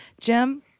Jim